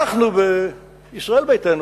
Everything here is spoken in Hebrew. אנחנו, בישראל ביתנו,